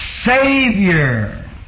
Savior